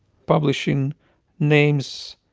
publishing names,